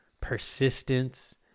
persistence